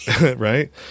Right